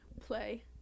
play